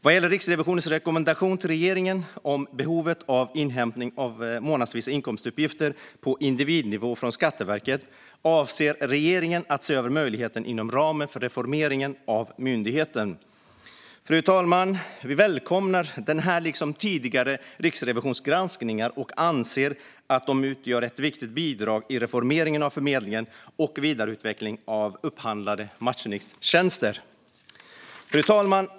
Vad gäller Riksrevisionens rekommendation till regeringen om behovet av inhämtning av månadsvisa inkomstuppgifter på individnivå från Skatteverket avser regeringen att se över möjligheten inom ramen för reformeringen av myndigheten. Fru talman! Vi välkomnar denna granskning liksom tidigare riksrevisionsgranskningar och anser att de utgör ett viktigt bidrag i reformeringen av förmedlingen och vidareutvecklingen av upphandlade matchningstjänster. Fru talman!